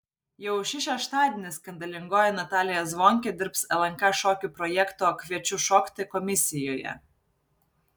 jau šį šeštadienį skandalingoji natalija zvonkė dirbs lnk šokių projekto kviečiu šokti komisijoje